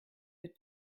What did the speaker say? mit